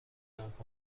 لامپ